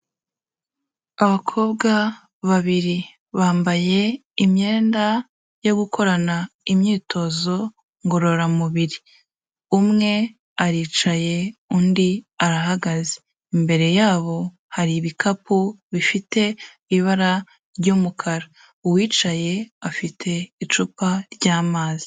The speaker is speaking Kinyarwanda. Abakobwa babiri bambaye imyenda yo gukorana imyitozo ngororamubiri, umwe aricaye undi arahagaze imbere yabo hari ibikapu bifite ibara ry'umukara, uwicaye afite icupa ry'amazi.